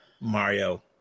Mario